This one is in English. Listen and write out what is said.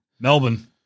Melbourne